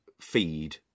feed